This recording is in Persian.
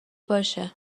باشه